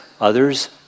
others